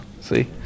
See